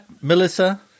Melissa